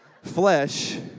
Flesh